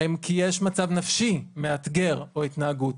כי יש מצב נפשי מאתגר או התנהגות.